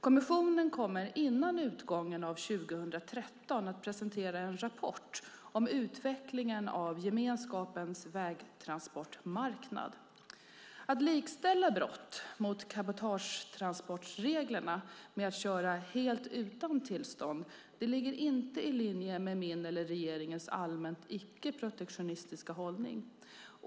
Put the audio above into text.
Kommissionen kommer före utgången av år 2013 att presentera en rapport om utvecklingen av gemenskapens vägtransportmarknad. Att likställa brott mot cabotagetransportreglerna med att köra helt utan tillstånd ligger inte i linje med min eller regeringens allmänt icke-protektionistiska hållning.